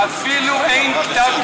אפילו אין כתב-אישום.